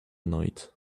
night